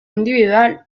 individual